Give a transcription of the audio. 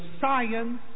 science